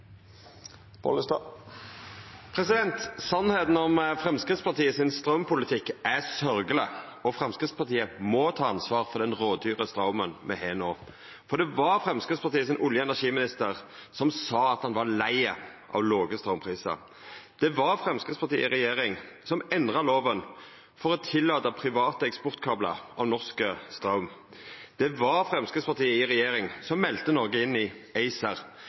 straumpolitikk er sørgjeleg. Framstegspartiet må ta ansvar for den rådyre straumen me har no, for det var olje- og energiministeren frå Framstegspartiet som sa at han var lei av låge straumprisar. Det var Framstegspartiet i regjering som endra loven for å tillata private eksportkablar av norsk straum. Det var Framstegspartiet i regjering som melde Noreg inn i